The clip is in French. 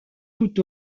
tout